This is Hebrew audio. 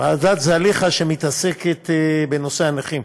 שמתעסקת בנושא הנכים,